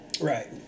right